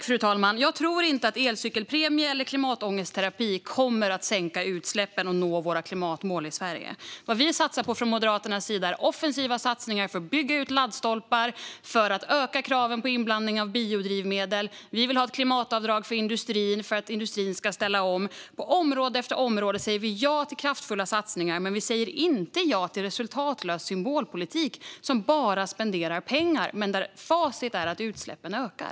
Fru talman! Jag tror inte att elcykelpremier eller klimatångestterapi kommer att göra att vi sänker utsläppen och når våra klimatmål i Sverige. Vad vi från Moderaternas sida satsar på är offensiva satsningar för att bygga ut laddstolpar och öka kraven på inblandning av biodrivmedel. Vi vill ha ett klimatavdrag för industrin för att industrin ska ställa om. På område efter område säger vi ja till kraftfulla satsningar, men vi säger inte ja till resultatlös symbolpolitik där man bara spenderar pengar medan resultatet är att utsläppen ökar.